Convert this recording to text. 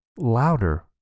louder